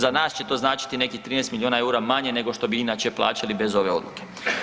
Za nas će to značiti nekih 13 milijuna eura manje nego što bi inače plaćali bez ove odluke.